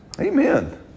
Amen